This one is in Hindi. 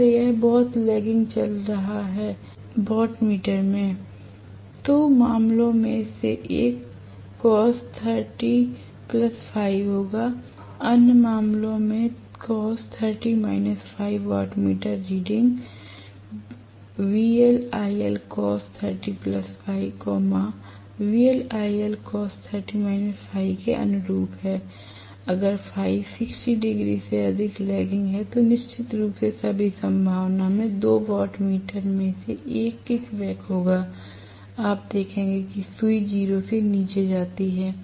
अगर यह बहुत लैगिंग चल रहा है वाटमीटर में तो मामलों में से एक होगा अन्य मामले के रूप में वाटमीटर रीडिंग के अनुरूप है अगर Φ 60 डिग्री से अधिक लैगिंग है तोनिश्चित रूप से सभी संभावना में 2 वाटमीटर में से 1किकबैक होगाआप देखेंगे कि सुई 0 से नीचे जाती है